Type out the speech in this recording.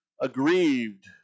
aggrieved